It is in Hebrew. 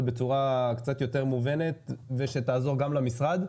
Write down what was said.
זה בצורה קצת יותר מובנת ושתעזור למשרד.